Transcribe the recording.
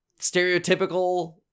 stereotypical